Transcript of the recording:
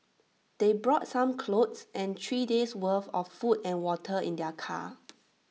they brought some clothes and three days worth of food and water in their car